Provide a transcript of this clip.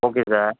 okay sir